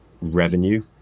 revenue